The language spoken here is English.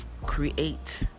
create